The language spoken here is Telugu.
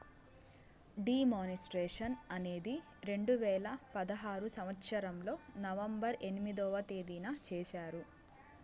డీ మానిస్ట్రేషన్ అనేది రెండు వేల పదహారు సంవచ్చరంలో నవంబర్ ఎనిమిదో తేదీన చేశారు